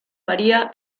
varía